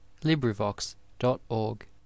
LibriVox.org